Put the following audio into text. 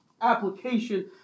application